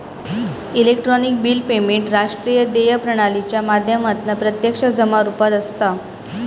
electronic bill payment राष्ट्रीय देय प्रणालीच्या माध्यमातना प्रत्यक्ष जमा रुपात असता